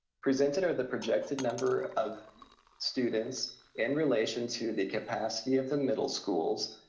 presented are the projected number of students in relation to the capacity of the middle schools